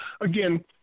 Again